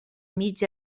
mig